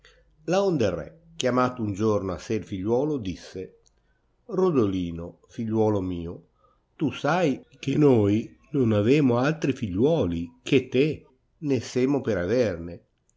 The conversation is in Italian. laonde il re chiamato un giorno a sé il figliuolo disse rodolino figliuolo mio tu sai che noi non avemo altri figliuoli che te né semo per averne